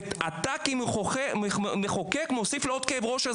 ואתה כמחוקק מוסיף לו עוד כאב ראש,